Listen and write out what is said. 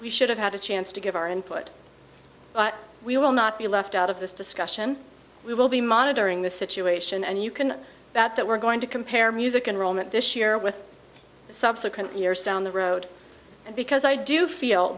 we should have had a chance to give our input but we will not be left out of this discussion we will be monitoring the situation and you can bet that we're going to compare music and roman this year with subsequent years down the road because i do feel